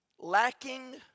Lacking